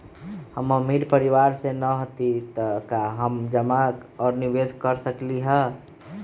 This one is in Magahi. हम अमीर परिवार से न हती त का हम जमा और निवेस कर सकली ह?